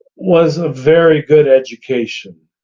was a very good education.